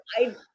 I-